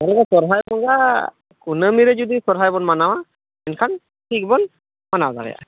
ᱛᱟᱦᱮᱞᱮ ᱥᱚᱦᱨᱟᱭ ᱵᱚᱸᱜᱟ ᱠᱩᱱᱟᱹᱢᱤᱨᱮ ᱡᱩᱫᱤ ᱥᱚᱨᱦᱟᱭ ᱵᱚᱱ ᱢᱟᱱᱟᱣᱟ ᱮᱱᱠᱷᱟᱱ ᱴᱷᱤᱠ ᱵᱚᱱ ᱢᱟᱱᱟᱣ ᱫᱟᱲᱮᱭᱟᱜᱼᱟ